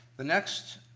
the next